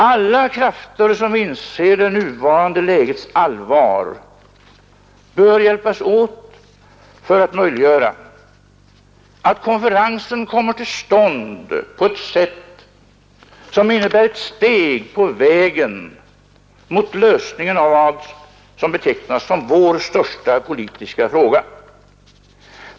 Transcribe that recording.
Alla krafter som inser det nuvarande lägets allvar bör hjälpas åt för att möjliggöra att konferensen kommer till stånd på ett sätt som innebär ett steg på vägen mot lösningen av vad som betecknats som vår största politiska fråga.